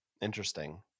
Interesting